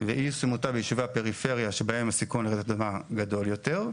ואי ישימותה בישובי הפריפריה שבהם הסיכון לרעידת אדמה גדול יותר.